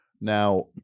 Now